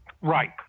Right